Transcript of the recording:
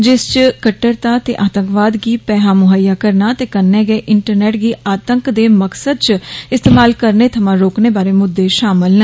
जिस च कट्टरता ते आतंकवाद गी पैसा मुहैय्या कराना ते कन्नै इंटरनेट गी आतंक दे मकसद च इस्तेमाल करने थमां रोकन बारै मुद्दे शामल न